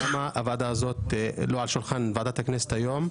למה הוועדה הזאת לא על שולחן ועדת הכנסת היום?